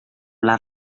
les